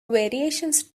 variations